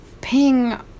ping